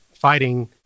fighting